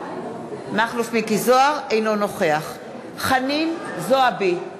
אינו נוכח חנין זועבי,